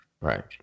Right